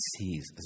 sees